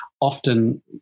often